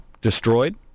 destroyed